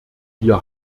wir